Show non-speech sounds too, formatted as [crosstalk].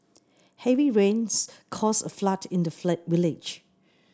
heavy rains caused a flood in the [unintelligible] village